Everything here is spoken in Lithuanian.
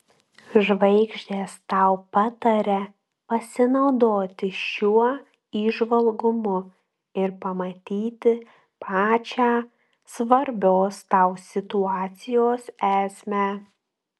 žvaigždės tau pataria pasinaudoti šiuo įžvalgumu ir pamatyti pačią svarbios tau situacijos esmę